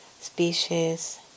species